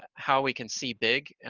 how we can see big?